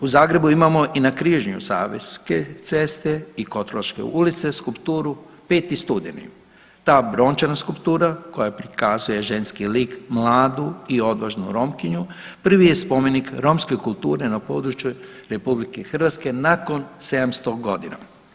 U Zagrebu imamo i na križanju Savske ceste i Koturaške ulice skulpturu 5. studeni, ta brončana skulptura koja prikazuje ženski lik mladu i odvažnu Romkinju prvi je spomenik romske kulture na području RH nakon 700 godina.